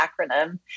acronym